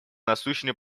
насущной